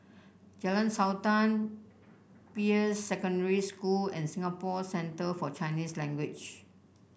Jalan Sultan Peirce Secondary School and Singapore Centre For Chinese Language